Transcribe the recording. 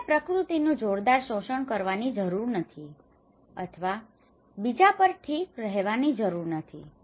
તેમને પ્રકૃતિનું જોરદાર શોષણ કરવાની જરૂર નથી અથવા બીજા પર ઠીક રહેવાની જરૂર નથી